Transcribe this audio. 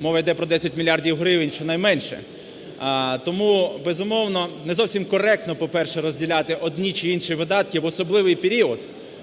мова йде про 10 мільярдів гривень щонайменше. Тому, безумовно, не зовсім коректно, по-перше, розділяти одні чи інші видатки в особливий період,